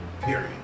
Period